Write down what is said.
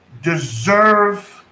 deserve